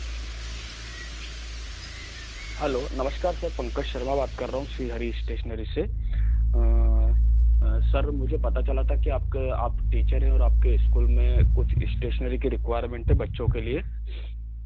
hello नमश्कार sir Pankaj Sharma बात कर रहा हूँ श्री हरी इस्टेशनरी से सर मुझे पता चला था कि आपके आप टीचर हैं और आपके इस्कूल में कुछ इस्टेशनरी की रिक्वायरमेंट है बच्चों के लिए